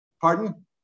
Pardon